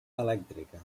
elèctrica